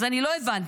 אז אני לא הבנתי,